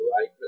right